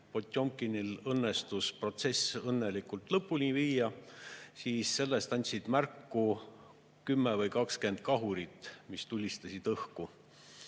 Potjomkinil õnnestus protsess õnnelikult lõpuni viia, siis andsid sellest märku 10 või 20 kahurit, mis tulistasid õhku.